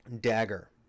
Dagger